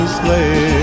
sleigh